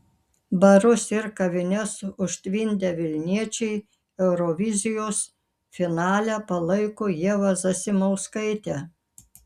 barus ir kavines užtvindę vilniečiai eurovizijos finale palaiko ievą zasimauskaitę